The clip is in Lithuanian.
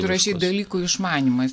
tu rašei dalykų išmanymas